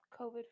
covid